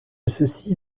ceci